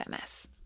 MS